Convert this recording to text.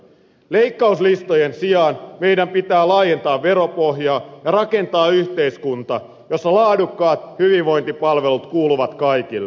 leikkauslistojen sijaan meidän pitää laajentaa veropohjaa ja rakentaa yhteiskunta jossa laadukkaat hyvinvointipalvelut kuuluvat kaikille